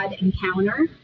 encounter